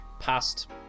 past